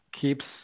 keeps